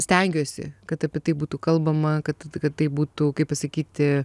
stengiuosi kad apie tai būtų kalbama kad kad tai būtų kaip pasakyti